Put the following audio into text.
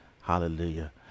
Hallelujah